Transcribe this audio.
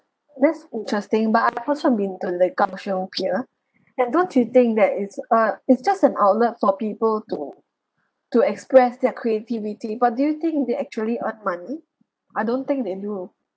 that's interesting but I've also been to like kaohsiung pier and don't you think that it's uh it's just an outlet for people to to express their creativity but do you think they actually earn money I don't think they do